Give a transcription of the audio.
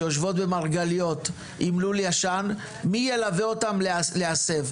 שיושבות במרגליות עם לול ישן מי ילווה אותן להסב.